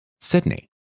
Sydney